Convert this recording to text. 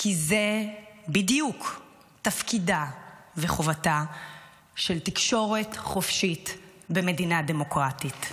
כי זה בדיוק תפקידה וחובתה של תקשורת חופשית במדינה דמוקרטית.